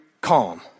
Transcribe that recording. calm